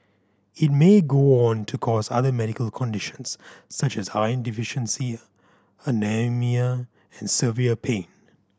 it may go on to cause other medical conditions such as iron deficiency anaemia and severe pain